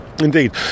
indeed